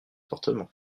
fortement